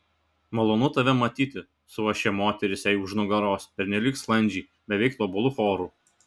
malonu tave matyti suošė moterys jai už nugaros pernelyg sklandžiai beveik tobulu choru